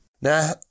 Now